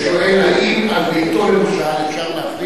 הוא שואל האם על ביתו, למשל, אפשר להכריז